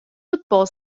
futbol